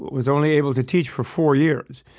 was only able to teach for four years.